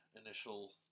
initial